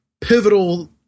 pivotal